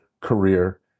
career